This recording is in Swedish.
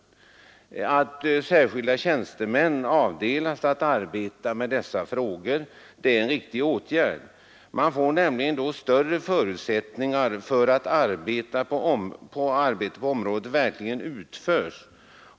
Det är en riktig åtgärd att särskilda tjänstemän avdelas att arbeta med dessa frågor. Man får nämligen därigenom större förutsättningar för att arbete på det området verkligen utförs.